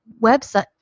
website